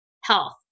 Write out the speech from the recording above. health